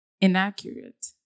inaccurate